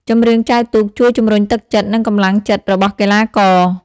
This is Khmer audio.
ចម្រៀងចែវទូកជួយ ជំរុញទឹកចិត្ត និងកម្លាំងចិត្តរបស់កីឡាករ។